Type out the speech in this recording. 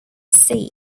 sea